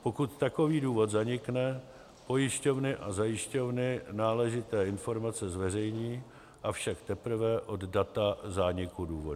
Pokud takový důvod zanikne, pojišťovny a zajišťovny náležité informace zveřejní, avšak teprve od data zániku důvodu.